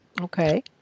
Okay